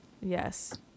Yes